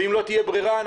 אם לא תהיה ברירה,